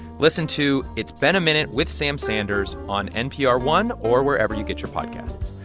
listen to it's been a minute with sam sanders on npr one or wherever you get your podcast.